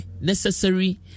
necessary